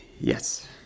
Yes